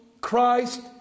Christ